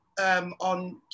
on